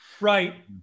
Right